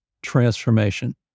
transformation